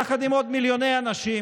יחד עם עוד מיליוני אנשים,